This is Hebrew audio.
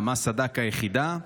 3. מה סד"כ היחידה?